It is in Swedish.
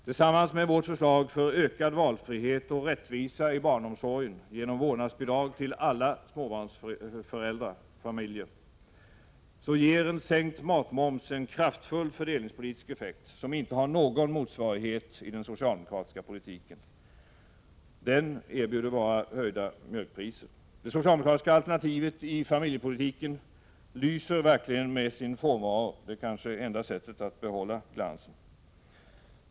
Tillsammans med vårt förslag för ökad valfrihet och rättvisa i barnomsorgen genom vårdnadsbidrag till alla småbarnsfamiljer ger en sänkt matmoms en kraftfull fördelningspolitisk effekt, som inte har någon motsvarighet i den socialdemokratiska politiken — den erbjuder bara höjda mjölkpriser. Det socialdemokratiska alternativet i familjepolitiken lyser verkligen med sin frånvaro — det kanske är det enda sättet att behålla glansen.